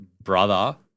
brother